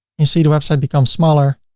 you see the website becomes smaller,